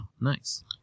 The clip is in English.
Nice